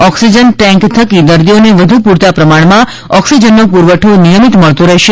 oxygen tank થકી દર્દીઓને વધુ પુરતા પ્રમાણ ઓક્સિજનનો પુરવઠો નિયમિત મળતો રહેશે